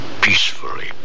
peacefully